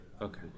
Okay